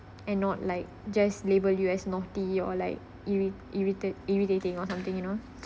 and not like just label you as naughty or like irri~ irritate irritating or something you know